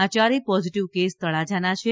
આ ચારેય positive case તળાજાના છે